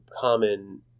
common